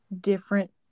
different